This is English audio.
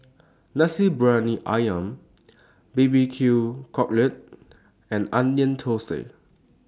Nasi Briyani Ayam B B Q Cockle and Onion Thosai